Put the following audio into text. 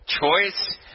Choice